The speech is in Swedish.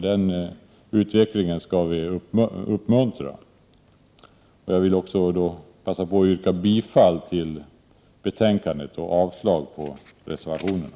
Den utvecklingen skall vi uppmuntra. Jag vill också passa på att yrka bifall till utskottets hemställan och avslag på reservationerna.